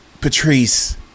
Patrice